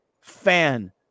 fan